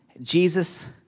Jesus